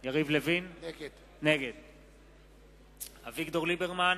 נגד אביגדור ליברמן,